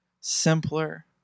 simpler